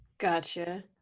Gotcha